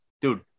dude